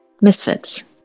misfits